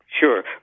Sure